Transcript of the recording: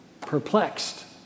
perplexed